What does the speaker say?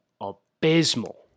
abysmal